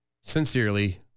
Sincerely